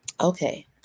Okay